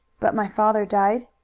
but my father died?